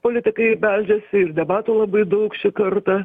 politikai beldžiasi ir debatų labai daug šį kartą